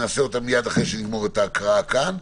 נעשה אותה מייד אחרי שנגמור את ההקראה כאן.